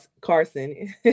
Carson